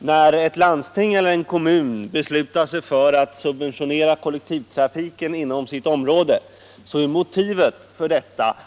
När ett landsting eller en kommun beslutar sig för alt subventionera kollektivtrafiken inom sitt område är naturligtvis motivet härför